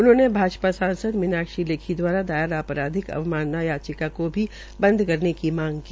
उन्होंने भाजपा सांसद मीनाक्षी लेखी द्वारा दायर आपराधिक अवमानना याचिका को भी बंद करने की मांग की